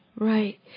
Right